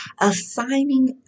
assigning